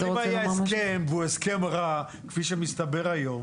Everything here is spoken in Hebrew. אבל אם היה הסכם והוא הסכם רע כפי שמסתבר היום